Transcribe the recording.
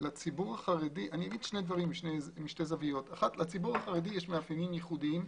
לציבור החרדי יש מאפיינים ייחודיים.